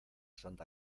santa